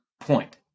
point